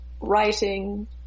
writing